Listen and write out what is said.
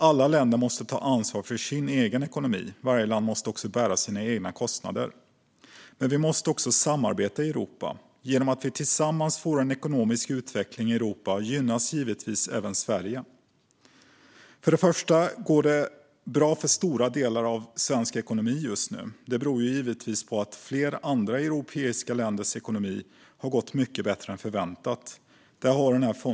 Alla länder måste ta ansvar för sin egen ekonomi. Varje land måste också bära sina egna kostnader. Men vi måste också samarbeta i Europa. Genom att vi tillsammans får en god ekonomisk utveckling i Europa gynnas givetvis även Sverige. För det första går det bra för stora delar av svensk ekonomi just nu. Det beror givetvis på att flera andra europeiska länders ekonomi har gått mycket bättre än förväntat. Där har återstartsfonden haft en stor betydelse.